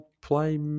play